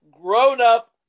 grown-up